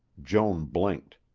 joan blinked.